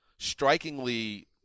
strikingly